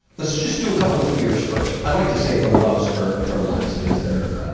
let's just do a couple of fears first. i like to save the loves for, for last cuz they're,